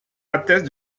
atteste